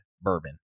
bourbon